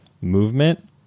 movement